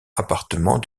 appartements